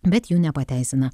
bet jų nepateisina